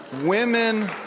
women